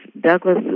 Douglas